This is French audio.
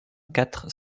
quatre